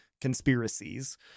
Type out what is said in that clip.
conspiracies